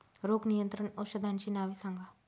रोग नियंत्रण औषधांची नावे सांगा?